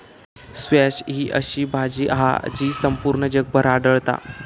squash ही अशी भाजी हा जी संपूर्ण जगभर आढळता